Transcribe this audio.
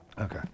Okay